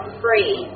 free